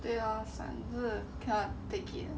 对咯算了就是 cannot take it